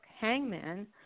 Hangman